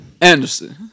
Anderson